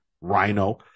Rhino